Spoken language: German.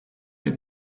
der